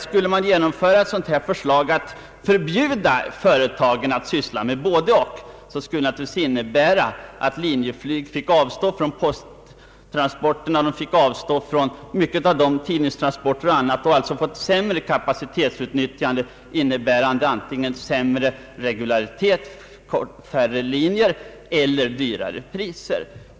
Skulle vi genomföra förslaget att förbjuda företag att syssla med både personoch godstransporter, så skulle det naturligtvis innebära att Linjeflyg fick avstå från posttransporterna, från en stor del av tidningstransporterna och från mycket annat och alltså få ett sämre kapacitetsutnyttjande, d.v.s. antingen sämre regularitet, färre linjer, eller högre priser.